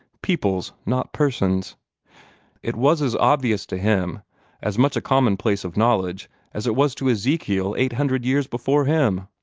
peoples, not persons it was as obvious to him as much a commonplace of knowledge as it was to ezekiel eight hundred years before him.